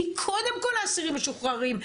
היא קודם כל האסירים המשוחררים,